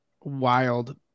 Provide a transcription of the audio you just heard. wild